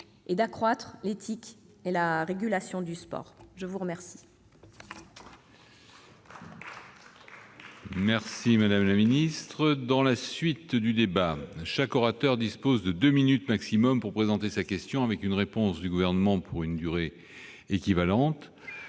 et d'accroître l'éthique et la régulation du sport. Nous allons